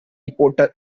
reporter